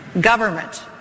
Government